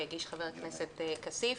שהגיש חבר הכנסת כסיף.